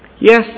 Yes